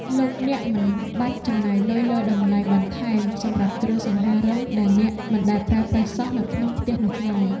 លោកអ្នកមិនបាច់ចំណាយលុយលើតម្លៃបន្ថែមសម្រាប់គ្រឿងសង្ហារិមដែលអ្នកមិនដែលប្រើប្រាស់សោះនៅក្នុងផ្ទះនោះឡើយ។